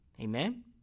Amen